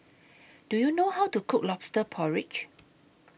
Do YOU know How to Cook Lobster Porridge